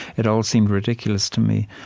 it all seemed ridiculous to me.